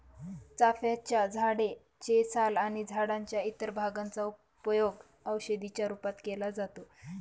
चाफ्याच्या झाडे चे साल आणि झाडाच्या इतर भागांचा उपयोग औषधी च्या रूपात केला जातो